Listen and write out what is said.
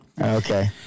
Okay